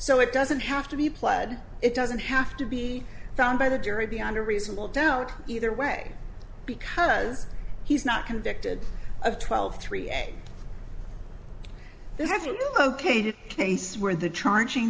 so it doesn't have to be pled it doesn't have to be found by the jury beyond a reasonable doubt either way because he's not convicted of twelve three egg this is you ok did case where the charging